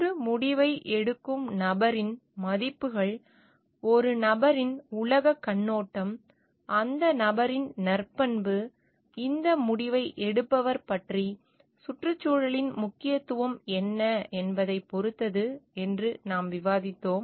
ஒரு முடிவை எடுக்கும் நபரின் மதிப்புகள் ஒரு நபரின் உலகக் கண்ணோட்டம் அந்த நபரின் நற்பண்பு இந்த முடிவை எடுப்பவர் பற்றி சுற்றுச்சூழலின் முக்கியத்துவம் என்ன என்பதைப் பொறுத்தது என்று நாம் விவாதித்தோம்